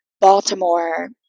Baltimore